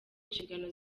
inshingano